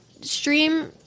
stream